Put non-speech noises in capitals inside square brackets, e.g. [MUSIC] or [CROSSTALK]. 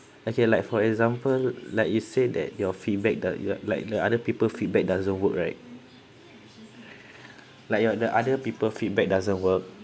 okay like for example like you said that your feedback that you are like the other people feedback doesn't work right [BREATH] like your the other people feedback doesn't work